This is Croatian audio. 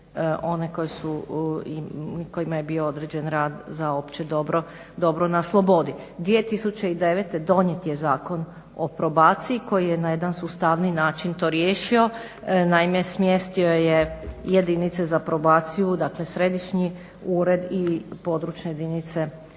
one kojima je bio određen rad za opće dobro na slobodi. 2009.donijet je Zakon o probaciji koji je na jedan sustavni način to riješio. Naime, smjestio je jedinice za probaciju dakle središnji ured i područne jedinice za